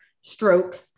stroke